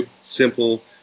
Simple